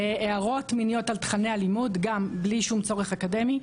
הערות מיניות על תכני הלימוד גם בלי שום צורך אקדמי,